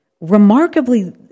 remarkably